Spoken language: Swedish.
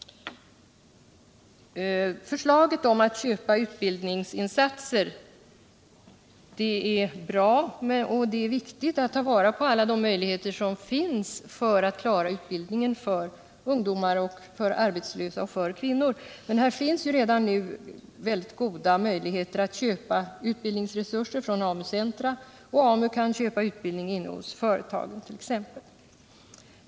Förslaget om att köpa utbildningsinsatser är bra. Det är viktigt att ta vara på alla de möjligheter som finns för att få till stånd utbildning för alla arbetslösa, för ungdomar och kvinnor. Men det finns redan nu goda möjligheter att köpa utbildningsresurser från AMU-centra, och AMU kan köpa utbildning hos företagen t.ex.